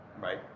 right